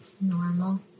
Normal